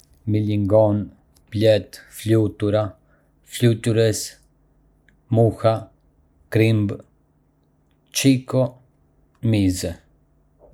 Ka shumë lloje insektesh, si mrica, bletë, flutura, fluturuese, muha, krimb, cico dhe mizë. Çdo insekt ka një rol specifik në ekosistem dhe kontribuon në biodiversitet.